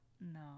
No